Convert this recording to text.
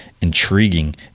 intriguing